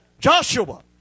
Joshua